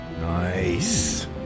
Nice